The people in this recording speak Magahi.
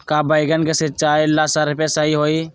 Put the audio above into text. का बैगन के सिचाई ला सप्रे सही होई?